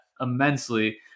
immensely